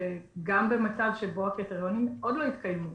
שגם במצב שבו הקריטריונים עוד לא התקיימו,